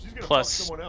plus